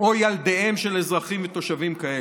או ילדיהם של אזרחים ותושבים כאלה.